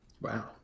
Wow